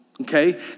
okay